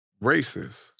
racist